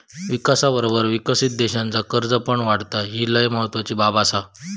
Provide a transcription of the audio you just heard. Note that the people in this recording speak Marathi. विकासाबरोबर विकसित देशाचा कर्ज पण वाढता, ही लय महत्वाची बाब आसा